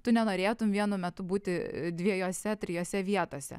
tu nenorėtum vienu metu būti dviejose trijose vietose